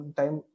time